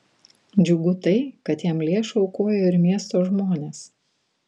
džiugu tai kad jam lėšų aukojo ir miesto žmonės